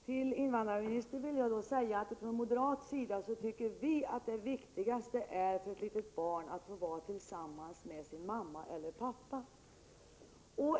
Fru talman! Jag vill säga till invandrarministern att vi från moderat sida tycker att det viktigaste för ett litet barn är att få vara tillsammans med sin mamma eller pappa.